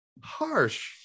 harsh